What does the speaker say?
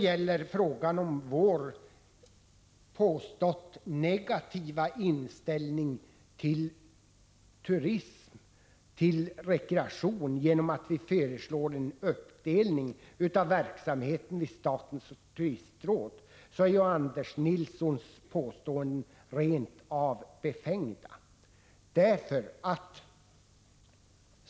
I fråga om vår påstått negativa inställning till turism och rekreation genom att vi föreslår en uppdelning av verksamheten vid statens turistråd, så är Anders Nilssons uttalanden rent befängda.